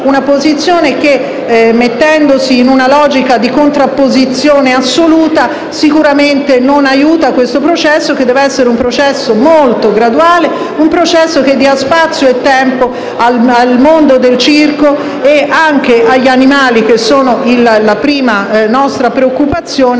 una posizione che, mettendosi in una logica di contrapposizione assoluta, sicuramente non aiuta il processo, che deve essere molto graduale e deve dare spazio e tempo al mondo del circo e consentire agli animali, che sono la nostra prima preoccupazione,